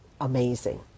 amazing